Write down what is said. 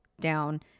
down